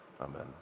Amen